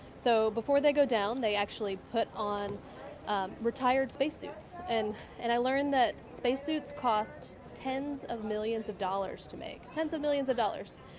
so before they go down, they put on retired spacesuits and and i learned that spacesuits cost tens of millions of dollars to make. tens of millions of dollars.